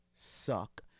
suck